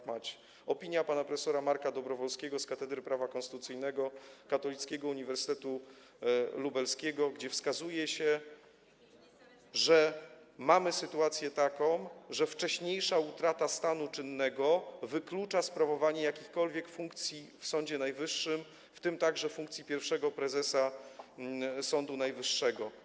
W swojej opinii pan prof. Marek Dobrowolski z Katedry Prawa Konstytucyjnego Katolickiego Uniwersytetu Lubelskiego wskazuje, że mamy taką sytuację, że wcześniejsza utrata stanu czynnego wyklucza sprawowanie jakichkolwiek funkcji w Sądzie Najwyższym, w tym funkcji pierwszego prezesa Sądu Najwyższego.